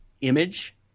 image